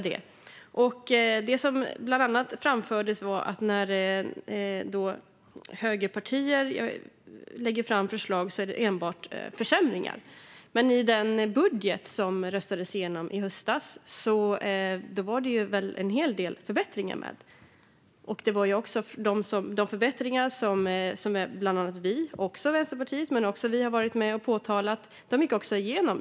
Det påstods bland annat att högerpartierna bara föreslår försämringar, men den budget som röstades igenom i höstas innehöll ju en hel del förbättringar som både Vänsterpartiet och vi ville se.